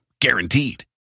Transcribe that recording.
Guaranteed